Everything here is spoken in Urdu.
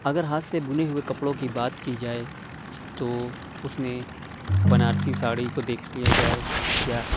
اگر ہاتھ سے بُنے ہوئے کپڑوں کی بات کی جائے تو اُس میں بنارسی ساڑی کو دیکھ لیا جائے یا